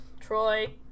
Troy